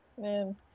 Man